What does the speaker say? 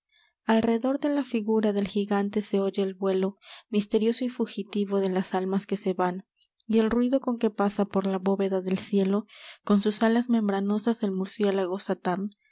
redor de la figura del gigante se oye el vuelo misterioso y fugitivo de las almas que se van y el ruido con que pasa por la bóveda del cielo con sus alas membranosas el murciélago satán